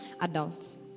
adults